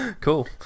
Cool